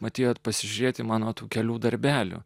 atėjote pasižiūrėti mano tų kelių darbelių